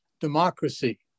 democracy